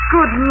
Good